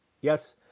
Yes